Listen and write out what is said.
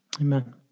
Amen